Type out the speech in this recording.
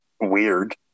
weird